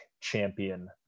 champion